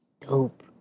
Dope